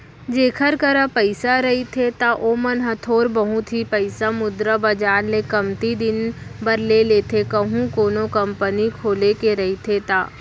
जेखर करा पइसा रहिथे त ओमन ह थोर बहुत ही पइसा मुद्रा बजार ले कमती दिन बर ले लेथे कहूं कोनो कंपनी खोले के रहिथे ता